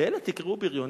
לאלה תקראו בריונים?